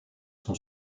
son